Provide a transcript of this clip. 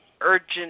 urgent